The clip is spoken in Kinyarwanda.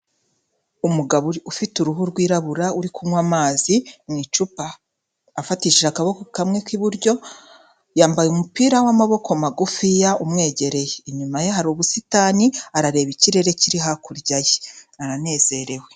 Umugabo ufite uruhu rwirabura uri kunywa amazi mu icupa afatishije akaboko kamwe k'iburyo, yambaye umupira w'amaboko magufiya umwegereye, inyuma ye hari ubusitani arareba ikirere kiri hakurya ye aranezerewe.